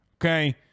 Okay